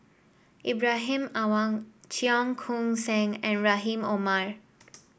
Ibrahim Awang Cheong Koon Seng and Rahim Omar